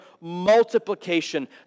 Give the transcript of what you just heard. multiplication